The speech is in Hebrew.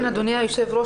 כן אדוני היו"ר.